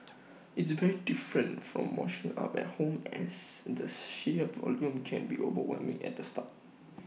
it's very different from washing up at home as the sheer volume can be overwhelming at the start